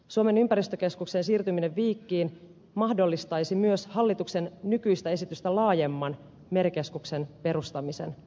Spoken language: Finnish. suomen ympäristökeskuksen siirtyminen viikkiin mahdollistaisi myös hallituksen nykyistä esitystä laajemman merikeskuksen perustamisen